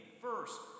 First